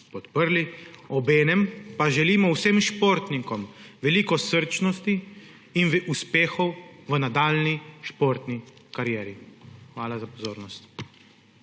podprli, obenem pa želimo vsem športnikom veliko srčnosti in uspehov v nadaljnji športni karieri. Hvala za pozornost.